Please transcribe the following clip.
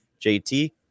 jt